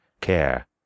care